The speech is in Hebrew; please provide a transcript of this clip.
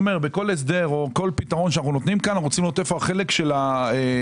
בכל פתרון שאנחנו נותנים אנחנו צריכים לראות איפה החלק של הרפתנים.